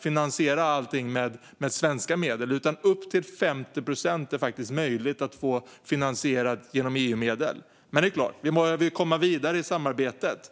finansiera allt med svenska medel, utan upp till 50 procent är faktiskt möjligt att få finansierat genom EU-medel. Men det är klart att vi behöver komma vidare i samarbetet.